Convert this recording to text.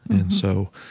and so,